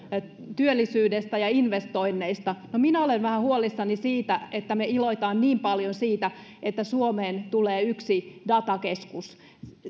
työllisyydestä ja investoinneista no minä olen vähän huolissani siitä että me iloitsemme niin paljon siitä että suomeen tulee yksi datakeskus